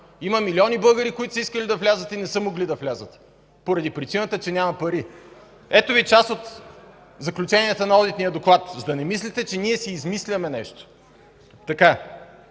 има милиони българи, които са искали да влязат и не са могли да влязат, поради причината че нямат пари. Ето Ви част от заключенията на одитния доклад, за да не мислите, че ние си измисляме нещо: „От